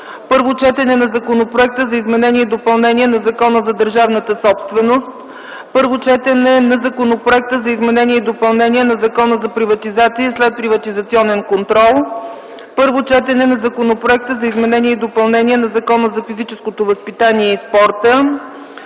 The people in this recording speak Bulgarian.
Първо четене на Законопроект за изменение и допълнение на Закона за държавната собственост. Първо четене на Законопроект за изменение и допълнение на Закона за приватизации и следприватизационен контрол. Първо четене на Законопроект за изменение и допълнение на Закона за физическото възпитание и спорта.